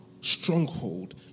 stronghold